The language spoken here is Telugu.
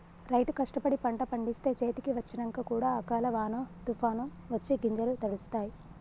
రైతు కష్టపడి పంట పండిస్తే చేతికి వచ్చినంక కూడా అకాల వానో తుఫానొ వచ్చి గింజలు తడుస్తాయ్